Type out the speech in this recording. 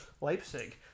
Leipzig